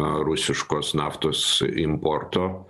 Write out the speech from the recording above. rusiškos naftos importo